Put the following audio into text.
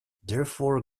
therefore